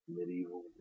Medieval